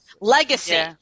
Legacy